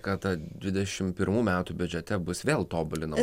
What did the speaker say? kad ta dvidešimt pirmų metų biudžete bus vėl tobulinama